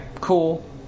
cool